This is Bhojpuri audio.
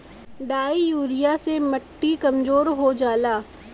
डाइ यूरिया से मट्टी कमजोर हो जाला